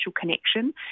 connection